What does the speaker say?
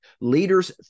Leaders